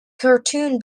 cartoon